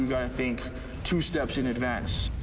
gotta think two steps in advance.